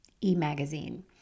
e-magazine